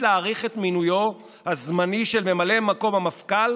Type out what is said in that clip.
להאריך את מינויו הזמני של ממלא מקום המפכ"ל